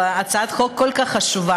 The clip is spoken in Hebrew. הצעת חוק כל כך חשובה,